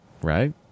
Right